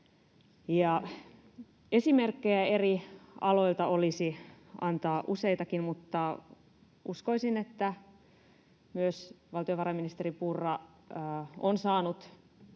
Esimerkkejä eri aloilta olisi antaa useitakin, mutta uskoisin, että myös valtiovarainministeri Purra on saanut